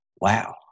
wow